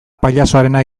pailazoarena